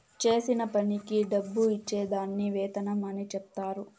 చేసిన పనికి డబ్బు ఇచ్చే దాన్ని వేతనం అని చెప్తారు